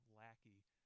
lackey